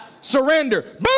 Surrender